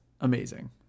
amazing